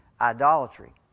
idolatry